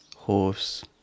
Horse